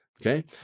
Okay